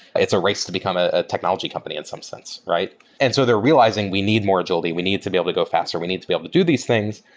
it's a race to become ah a technology company in some sense, right? and so they're realizing we need more agility, we need to be able to go faster. we need to be able to do these things.